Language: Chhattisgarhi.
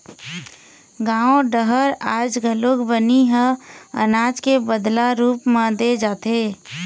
गाँव डहर आज घलोक बनी ह अनाज के बदला रूप म दे जाथे